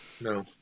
No